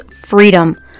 freedom